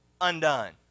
undone